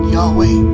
Yahweh